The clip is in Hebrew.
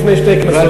לפני שתי כנסות.